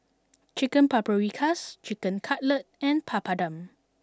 Chicken Paprikas Chicken Cutlet and Papadum